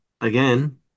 again